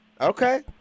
Okay